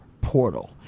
portal